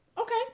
Okay